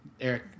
Eric